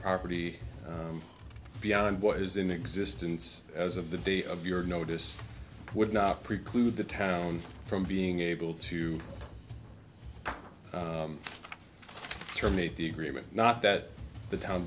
property beyond what is in existence as of the day of your notice would not preclude the town from being able to terminate the agreement not that the town